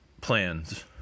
plans